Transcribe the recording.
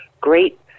great